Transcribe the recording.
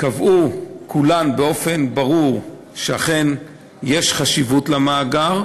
קבעו כולן באופן ברור שאכן יש חשיבות למאגר,